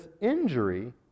injury